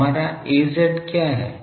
तो हमारा Az क्या है